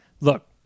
look